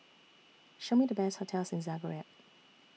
Show Me The Best hotels in Zagreb